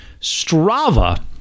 Strava